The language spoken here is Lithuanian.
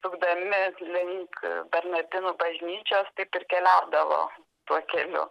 sukdami link bernardinų bažnyčios taip ir keliaudavo tuo keliu